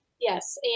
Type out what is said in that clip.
Yes